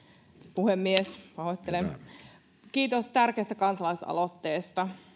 puhemies kiitos tärkeästä kansalaisaloitteesta